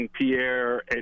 Pierre